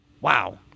Wow